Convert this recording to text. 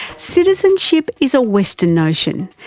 citizenship is a western notion,